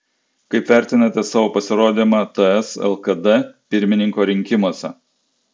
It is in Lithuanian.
kaip vertinate savo pasirodymą ts lkd pirmininko rinkimuose